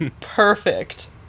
Perfect